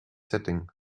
setting